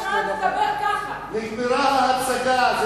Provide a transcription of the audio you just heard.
נגמרה ההצגה.